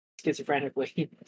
schizophrenically